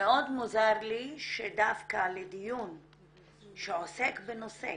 מאוד מוזר לי שדווקא לדיון שעוסק בנושא